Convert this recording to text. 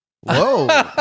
Whoa